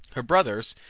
her brothers,